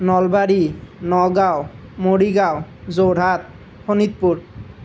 Nalbari Nagaon Morigaon Jorhat Sonitpur